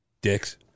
dicks